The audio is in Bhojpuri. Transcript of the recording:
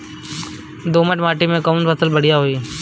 दोमट माटी में कौन फसल बढ़ीया होई?